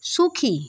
সুখী